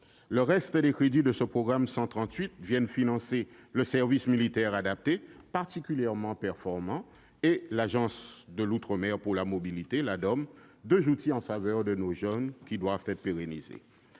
Le reste des crédits du programme 138 vient financer le service militaire adapté, qui est particulièrement performant, et l'Agence de l'outre-mer pour la mobilité (Ladom). Ces deux outils en faveur de nos jeunes doivent être pérennisés.